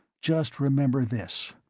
just remember this.